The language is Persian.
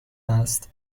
است